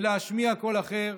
להשמיע קול אחר,